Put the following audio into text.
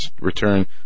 return